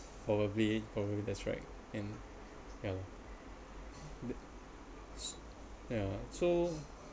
probably probably that's right and yeah s~ so